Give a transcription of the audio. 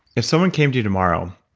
if someone came to you tomorrow,